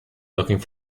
looking